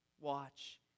watch